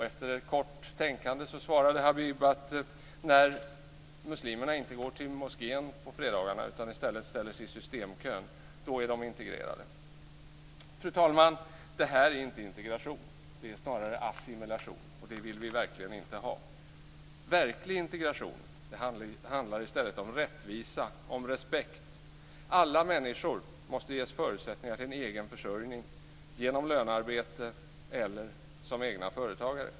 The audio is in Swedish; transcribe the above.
Efter ett kort tänkande svarade Habib: När de inte går till moskén på fredagarna utan i stället ställer sig i Systembolagets kö är de integrerade. Fru talman! Detta är inte integration utan snarare assimilation. Det vill vi verkligen inte ha. Verklig integration handlar i stället om rättvisa och respekt. Alla människor måste ges förutsättningar till en egen försörjning genom lönarbete eller som egna företagare.